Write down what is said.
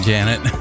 Janet